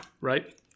Right